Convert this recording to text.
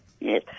Yes